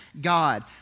God